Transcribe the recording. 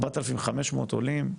4,500 עולים,